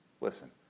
listen